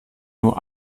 nur